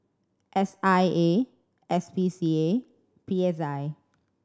S I A S P C A and P S I